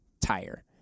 tire